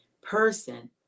person